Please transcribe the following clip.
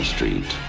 Street